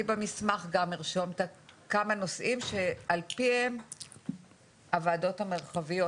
אני גם במסמך ארשום כמה נושאים שעל פיהם הוועדות המרחביות.